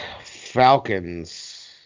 Falcons